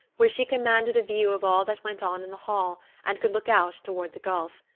where she commanded a view of all that went on in the hall and could look out toward the gulf.